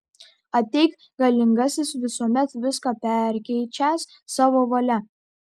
ateik galingasis visuomet viską perkeičiąs savo valia